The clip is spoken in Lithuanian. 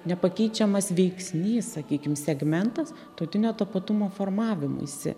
nepakeičiamas veiksnys sakykim segmentas tautinio tapatumo formavimuisi